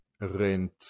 rent